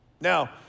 Now